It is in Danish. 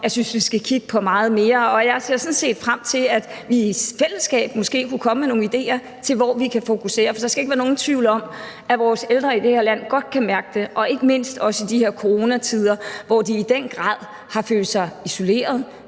Jeg synes, vi skal kigge på meget mere, og jeg ser sådan set frem til, at vi i fællesskab måske kan komme med nogle ideer til, hvor vi kan fokusere, for der skal ikke være nogen tvivl om, at vores ældre i det her land godt kan mærke det, ikke mindste også i de her coronatider, hvor de i den grad har følt sig isoleret,